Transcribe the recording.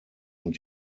und